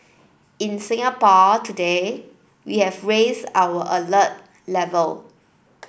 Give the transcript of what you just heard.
in Singapore today we have raised our alert level